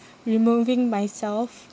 removing myself